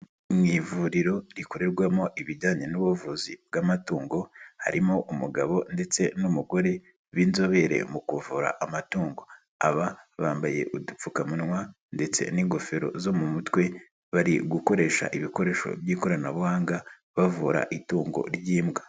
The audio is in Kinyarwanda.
Mu ivuriro rikorerwamo ibijyanye n'ubuvuzi bw'amatungo harimo umugabo ndetse n'umugore b'inzobere mu kuvura amatungo, aba bambaye udupfukamunwa ndetse n'ingofero zo mu mutwe bari gukoresha ibikoresho by'ikoranabuhanga bavura itungo ry'imbwa.